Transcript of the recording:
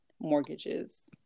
mortgages